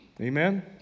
Amen